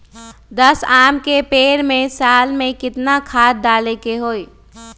दस आम के पेड़ में साल में केतना खाद्य डाले के होई?